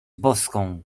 boską